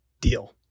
deal